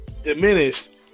diminished